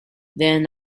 then